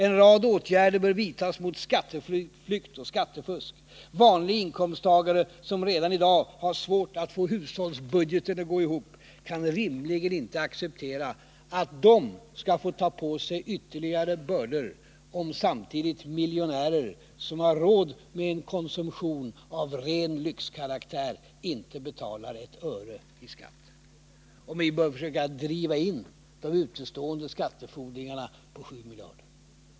En rad åtgärder bör vidtas mot skatteflykt och skattefusk. Vanliga inkomsttagare, som redan i dag har svårt att få hushållsbudgeten att gå ihop, kan rimligen inte acceptera att de skall få ta på sig ytterligare bördor, om samtidigt miljonärer som har råd med en konsumtion av ren lyxkaraktär inte betalar ett öre i skatt. Vi bör försöka driva in de utestående skattefordringarna på 7 miljarder.